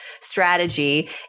strategy